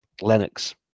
Lennox